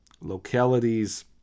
localities